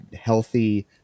healthy